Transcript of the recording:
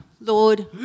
Lord